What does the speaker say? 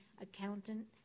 Accountant